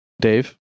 Dave